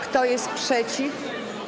Kto jest przeciw?